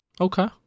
Okay